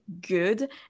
good